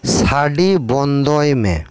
ᱥᱟᱰᱮ ᱵᱚᱱᱫᱚᱭ ᱢᱮ